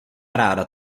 ráda